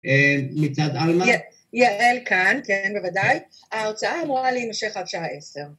מצד עלמה? יעל כאן, כן בוודאי, ההרצאה אמורה להימשך עד שעה עשר